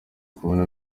kumwe